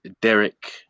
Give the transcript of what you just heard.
Derek